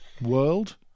world